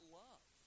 love